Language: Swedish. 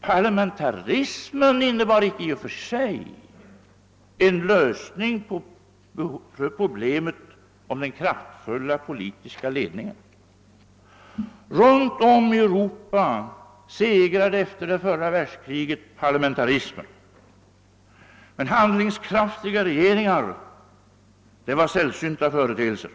Parlamentarismen tillgodosåg emellertid icke i och för sig behovet av en kraftfull politisk ledning. Runt om i Europa segrade efter första världskriget parlamentarismen. Men handlingskraftiga regeringar var sällsynta företeelser.